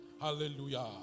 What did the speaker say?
Hallelujah